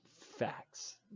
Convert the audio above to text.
Facts